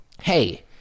hey